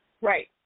Right